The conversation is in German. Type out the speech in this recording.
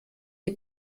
die